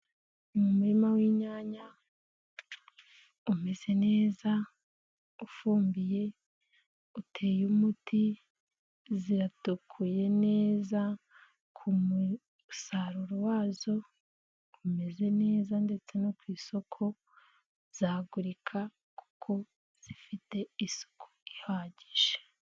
Umurima w'inyanya, umeze neza, ufumbiye, uteye umuti, ziratukuye neza, ku musaruro wazo umeze neza ndetse no ku isoko zagurika kuko zifite isuku ihagije.